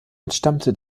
entstammte